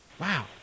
Wow